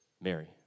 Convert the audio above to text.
Mary